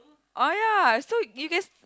oh ya so you guys